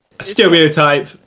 stereotype